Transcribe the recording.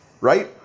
right